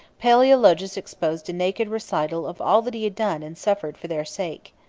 palaeologus exposed a naked recital of all that he had done and suffered for their sake.